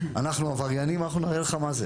אנחנו עבריינים, אנחנו נראה לך מה זה.